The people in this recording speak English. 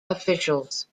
officials